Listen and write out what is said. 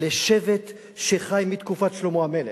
לשבט שחי מתקופת שלמה המלך,